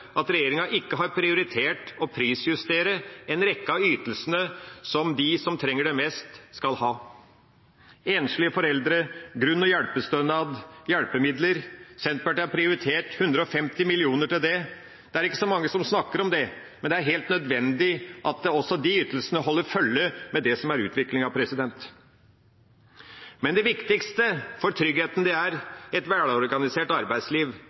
at regjeringa ikke har prioritert å prisjustere en rekke av ytelsene som de som trenger det mest, skal ha: enslige foreldre, grunn- og hjelpestønad, hjelpemidler. Senterpartiet har prioritert 150 mill. kr til dette. Det er ikke så mange som snakker om det, men det er helt nødvendig at også disse ytelsene holder følge med utviklingen. Men det viktigste for tryggheten er et velorganisert arbeidsliv,